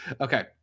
Okay